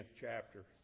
chapter